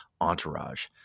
Entourage